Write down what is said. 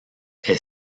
est